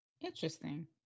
Interesting